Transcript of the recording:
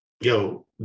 yo